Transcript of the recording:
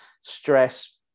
stress